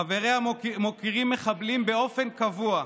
חבריה מוקירים מחבלים באופן קבוע: